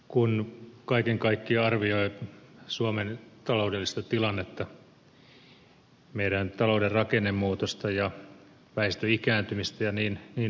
kun kaiken kaikkiaan arvioi suomen taloudellista tilannetta meidän talouden rakennemuutosta ja väestön ikääntymistä ja niin edelleen